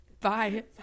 Bye